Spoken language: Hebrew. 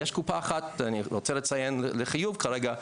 יש קופה אחת, אני רוצה לציין לחיוב כרגע,